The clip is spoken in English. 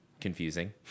confusing